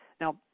now